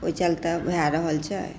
ओहि चलते भए रहल छै